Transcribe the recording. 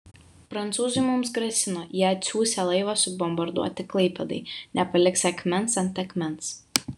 prancūzai mums grasino jie atsiųsią laivą subombarduoti klaipėdai nepaliksią akmens ant akmens